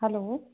hello